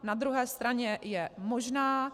Na druhé straně je možná.